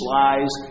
lies